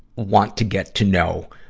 want to get to know,